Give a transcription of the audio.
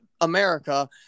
america